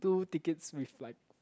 two tickets with like